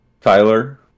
Tyler